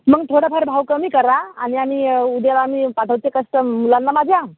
मग थोडाफार भाव कमी करा आणि आम्ही उद्याला मी पाठवते कस्टम मुलांना माझ्या